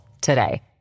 today